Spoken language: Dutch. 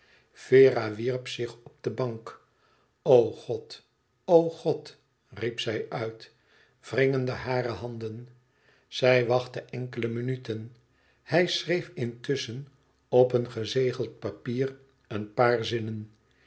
vera wierp zich op de bank o god o god riep zij uit wringende hare handen zij wachtten enkele minuten hij schreef intusschen op een gezegeld papier een paar zinnen